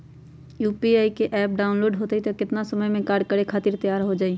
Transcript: UPI app download होई त कितना समय मे कार्य करे खातीर तैयार हो जाई?